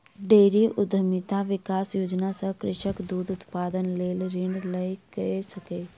dairy उद्यमिता विकास योजना सॅ कृषक दूध उत्पादनक लेल ऋण लय सकै छै